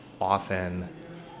often